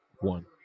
One